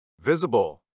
visible